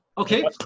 Okay